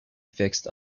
fixed